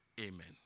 Amen